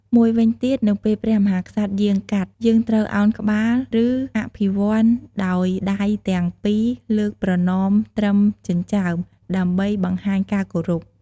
មួយវិញទៀតនៅពេលព្រះមហាក្សត្រយាងកាត់ យើងត្រូវអោនក្បាល ឬអភិវន្ទដោយដៃទាំងពីរលើកប្រណម្យត្រឹមចិញ្ចើម ដើម្បីបង្ហាញការគោរព។